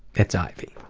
it's ivy.